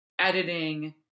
editing